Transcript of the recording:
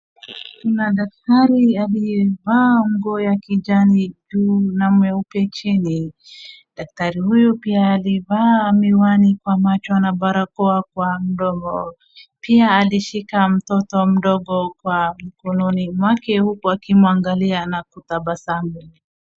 Kuna daktari aliyevaa nguo ya kijani juu na mweupe chini. Daktari huyo pia alivaa miwani kwa macho na barakoa kwa mdomo. Pia alishika mtoto mdogo kwa mikononi mwake huku akimwangalia na kutabasamu.